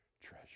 treasure